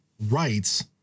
rights